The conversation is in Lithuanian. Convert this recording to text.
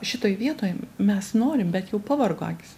šitoj vietoj mes norim bet jau pavargo akys